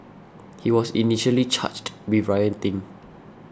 he was initially charged with rioting